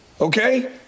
Okay